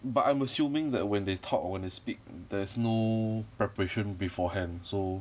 but I'm assuming that when they talk or when they speak there's no preparation beforehand so